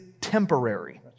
temporary